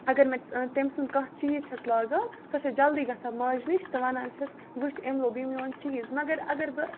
اگر مےٚ تٔمۍ سُنٛد کانٛہہ چیٖز چھَس لاگان سۄ چھےٚ جلدی گژھان ماجہِ نِش تہٕ وَنان چھَس وٕچھ ایٚمۍ لوگُے میون چیٖز مگر اگر بہٕ